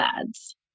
ads